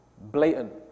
blatant